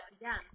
again